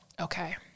okay